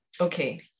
Okay